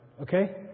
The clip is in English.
Okay